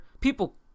people